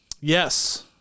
Yes